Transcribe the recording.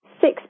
six